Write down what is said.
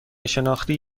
شناختی